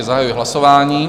Zahajuji hlasování.